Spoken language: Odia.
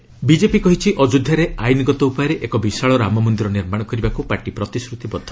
ବିଜେପି ରାମଟେମ୍ପୁଲ୍ ବିଜେପି କହିଛି ଅଯୋଧ୍ୟାରେ ଆଇନ୍ଗତ ଉପାୟରେ ଏକ ବିଶାଳ ରାମମନ୍ଦିର ନିର୍ମାଣ କରିବାକୁ ପାର୍ଟି ପ୍ରତିଶ୍ରତିବଦ୍ଧ